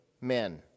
men